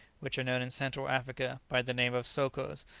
which are known in central africa by the name of sokos,